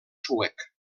suec